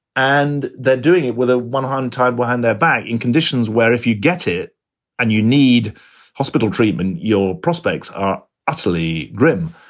and they're doing it with ah one hand tied behind their back in conditions where if you get it and you need hospital treatment, your prospects are utterly grim.